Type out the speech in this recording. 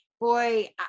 boy